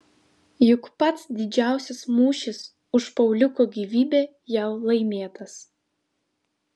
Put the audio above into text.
juk pats didžiausias mūšis už pauliuko gyvybę jau laimėtas